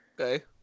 Okay